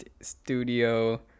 studio